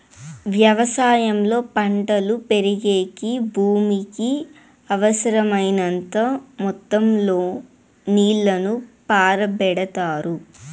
వ్యవసాయంలో పంటలు పెరిగేకి భూమికి అవసరమైనంత మొత్తం లో నీళ్ళను పారబెడతారు